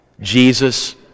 Jesus